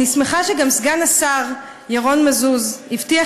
אני שמחה שגם סגן השר ירון מזוז הבטיח